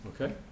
Okay